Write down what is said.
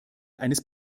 eines